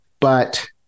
But-